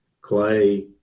Clay